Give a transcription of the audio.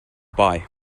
buy